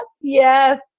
yes